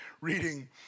reading